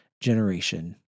generation